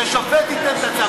ששופט ייתן את הצו.